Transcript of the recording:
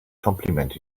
compliment